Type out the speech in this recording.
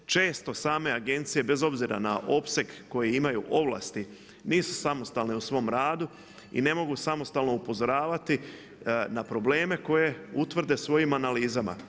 Često same agencije bez obzira na opseg koji imaju ovlasti nisu samostalne u svom radu i ne mogu samostalno upozoravati na problem koje utvrde svojim analizama.